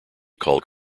called